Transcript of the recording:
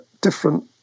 different